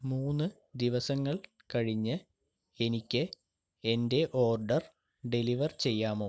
മൂന്ന് ദിവസങ്ങൾ കഴിഞ്ഞ് എനിക്ക് എന്റെ ഓർഡർ ഡെലിവർ ചെയ്യാമോ